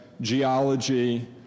geology